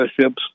ships